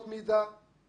האמת היא שאתה צודק,